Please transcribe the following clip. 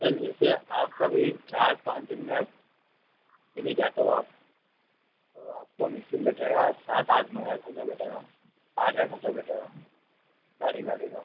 sir जैसे आप कभी चार पाँच दिन में अब के लिए जाते हो आप तो आपको बैठेगा सात आठ नौ हज़ार खर्चा बैठेगा आठ हज़ार खर्चा बैठेगा गाड़ी गाड़ी का